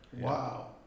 Wow